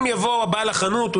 אם יבוא בעל החנות,